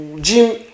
gym